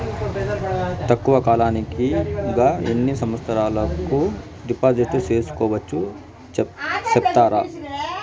తక్కువ కాలానికి గా ఎన్ని సంవత్సరాల కు డిపాజిట్లు సేసుకోవచ్చు సెప్తారా